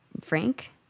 Frank